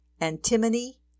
antimony